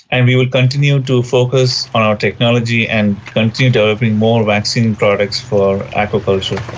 and we would continue to focus on our technology and continue developing more vaccine products for aquaculture.